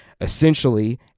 Essentially